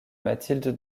mathilde